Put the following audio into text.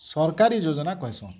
ସରକାରୀ ଯୋଜନା କହିସନ୍